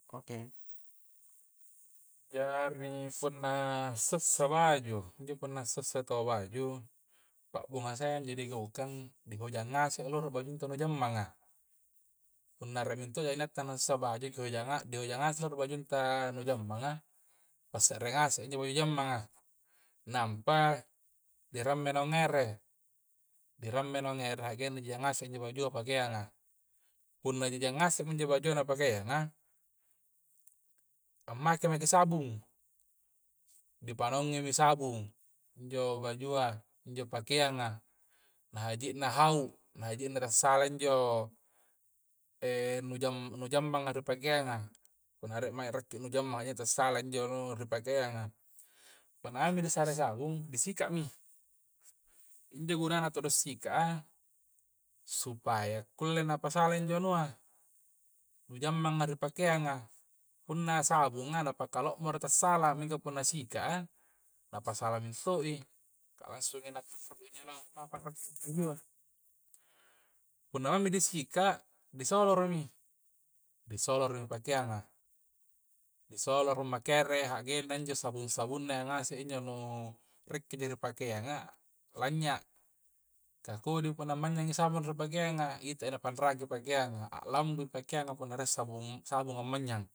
Jari' punna se'ssa baju, punna se'ssa to baju pabunga'saya digaukang dihoja ngase' anu loro bajunta' nu jammanga' punna re' minto' ja' nattana' sa' baju, ki wejanga' di hojangase' ro bajungta' nu jammanga', pa'sere ngase' injo pole jammanga' nampa, diremme' naung ere diremme naung ere' hagenna jengase' injo bajua pakeanga' punna' na jejengase' minjo bajuana na pakea'nga ammake' maki sabung di panaungi'mi sabung injo bajua, injo pakeanga' na haji'na hau' na haji'na tassala injo nu jam' nu jammanga' ri pakeanga, punna are' mae rakki' nu jammanga' iyya tassala' injo nu rie' pakeanga' punna maengmi' di sare sabung, di sika'mi injo' purana todo si'ka a' supaya kulle' napasala injo nu'anua, nu jammanga ri pakeanga'. punna sabunga' napakalo'moro tassala'a mingka punna sika'a, napasalai minto'i, kah na langsungi ta'rojinanga' apa-apa rakki' ribajua punna maengmi disika' di soloromi, di soloromi pakeangang'a ni soloro make ere' hagenna injo sabung'-sabungnna iya ngaseng injo nu re'kki ji ri pakeanga lanyya' kah kodi punna manyyangi' sabunga' ri pakeanga', itaki napanra'ki pakeangan, a' lambui pakeangan na punna re' sabung sabunga' manyyang'.